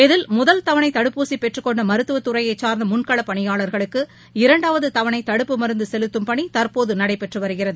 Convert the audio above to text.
இதில் முதல் தவணைதடுப்பூசிபெற்றுக் கொண்டமருத்துவதுறையைச் சாா்ந்தமுன்களப் பணியாளர்களுக்கு இரண்டாவதுதவணைதடுப்பு மருந்துசெலுத்தும் பணிதற்போதுநடைபெற்றுவருகிறது